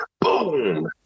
boom